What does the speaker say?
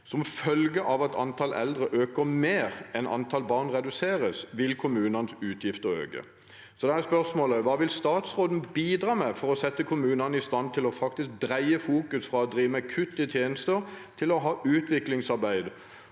Som følge av at antallet eldre øker mer enn antallet barn reduseres, vil kommunenes utgifter øke. Så da er spørsmålet: Hva vil statsråden bidra med for å sette kommunene i stand til å dreie fokuset fra å drive med kutt i tjenester til å ha utviklingsarbeid?